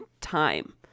time